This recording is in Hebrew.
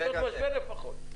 בעיתות משבר לפחות.